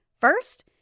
First